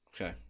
okay